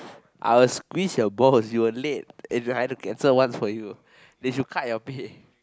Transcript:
I will squeeze your balls you were late and I had to cancel once for you they should cut your pay